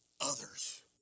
others